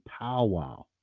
powwow